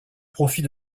profit